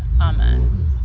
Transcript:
Amen